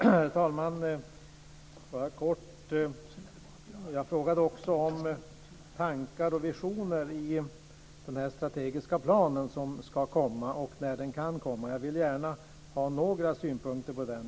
Herr talman! Jag frågade också om tankar och visioner i den strategiska plan som ska komma samt när den kan komma. Jag vill gärna ha några synpunkter på den.